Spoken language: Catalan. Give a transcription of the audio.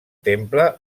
temple